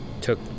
took